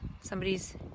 somebody's